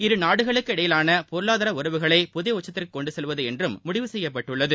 இரு நாடுகளுக்கிடையிலான பொருளாதார உறவுகளை புதிய உச்சத்திற்கு கொண்டு செல்வது என்றும் முடிவு செய்யப்பட்டுள்ளது